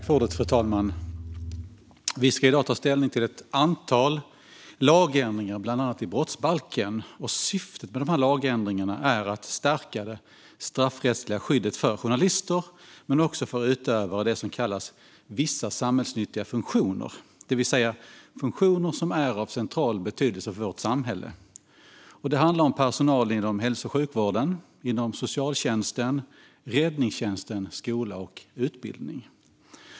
Fru talman! Vi ska i dag ta ställning till ett antal lagändringar, bland annat i brottsbalken. Syftet med dessa lagändringar är att stärka det straffrättsliga skyddet för journalister men också för utövare av det som kallas vissa samhällsnyttiga funktioner, det vill säga funktioner som är av central betydelse för vårt samhälle. Det handlar om personal inom hälso och sjukvården, socialtjänsten, räddningstjänsten, skola och utbildning.